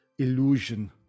illusion